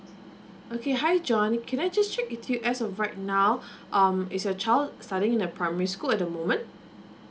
okay hi john can I just check with you as of right now um is your child studying in the primary school at the moment